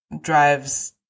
drives